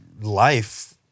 life